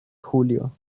julio